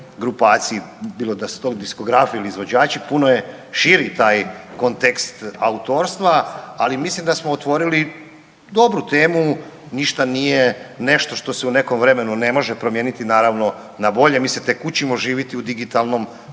grupaciji, bilo da su to diskografi ili izvođači, puno je širi taj kontekst autorstva. Ali mislim da smo otvorili dobru temu, ništa nije nešto što se u nekom vremenu ne može promijeniti naravno na bolje. Mi se tak učimo živit u digitalnom